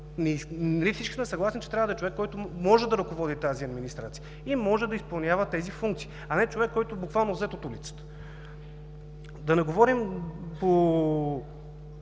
опит? Всички сме съгласни, че трябва да е човек, който може да ръководи тази администрация и може да изпълнява тези функции, а не човек, който буквално е взет от улицата. Президентът